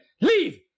leave